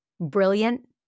brilliant